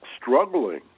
struggling